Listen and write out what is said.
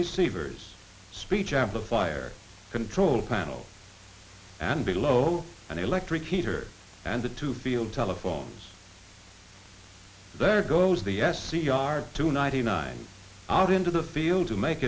receivers speech amplifier control panel and below an electric heater and the two field telephones there goes the s c r tonight a nine out into the field to make